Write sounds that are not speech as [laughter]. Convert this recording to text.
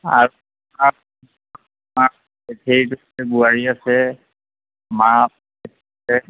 [unintelligible] বোৱাৰী আছে মা [unintelligible]